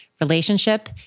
relationship